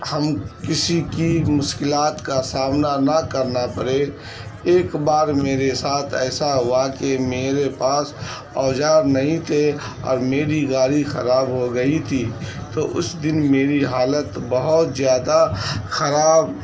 ہم کسی کی مشکلات کا سامنا نہ کرنا پڑے ایک بار میرے ساتھ ایسا ہوا کہ میرے پاس اوزار نہیں تھے اور میری گاڑی خراب ہو گئی تھی تو اس دن میری حالت بہت زیادہ خراب